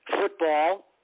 football